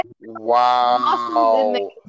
Wow